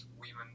women